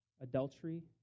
Adultery